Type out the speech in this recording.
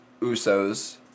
Usos